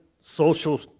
social